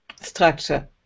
structure